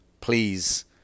please